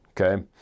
Okay